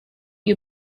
you